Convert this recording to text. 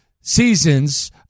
seasons